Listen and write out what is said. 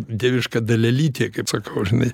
dieviška dalelytė kaip sakau žinai